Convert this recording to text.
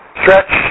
Stretch